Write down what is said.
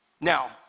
Now